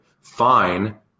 Fine